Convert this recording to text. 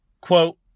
Quote